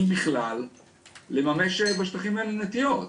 אם בכלל לממש בשטחים האלה נטיעות.